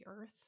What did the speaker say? earth